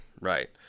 right